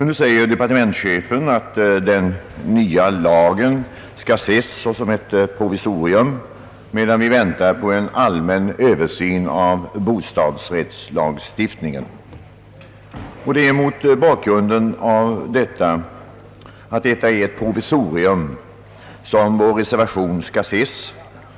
Nu säger departementschefen att den nya lagen skall ses såsom ett provisorium medan vi väntar på en allmän översyn av bostadsrättslagstiftningen. Det är mot bakgrunden av att det är fråga om ett provisorium som vår reservation skall ses.